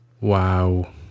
wow